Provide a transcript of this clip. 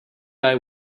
eye